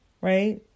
right